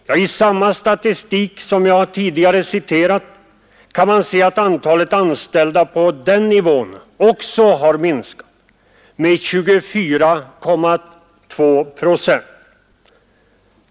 Ja, i samma statistik som jag tidigare citerat kan man se att antalet anställda på den nivån också har minskat med 24,2 procent.